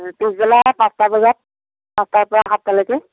পিছবেলা পাঁচটা বজাত পাঁচটাৰ পৰা সাতটালৈকে